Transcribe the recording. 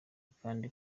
kandi